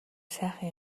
сайхан